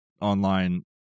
online